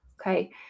Okay